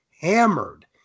hammered